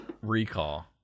recall